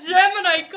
Gemini